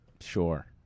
sure